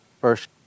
First